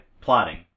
plotting